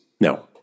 No